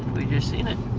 we've just seen it.